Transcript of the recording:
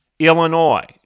Illinois